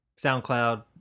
soundcloud